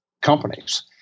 companies